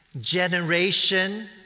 generation